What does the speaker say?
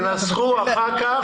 תנסחו אחר כך.